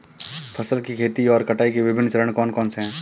फसल की खेती और कटाई के विभिन्न चरण कौन कौनसे हैं?